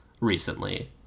recently